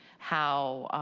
how